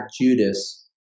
Judas